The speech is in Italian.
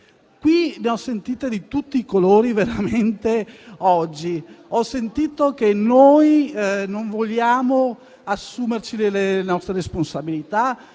abbiamo sentite di tutti i colori oggi. Ho sentito che noi non vogliamo assumerci le nostre responsabilità,